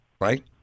right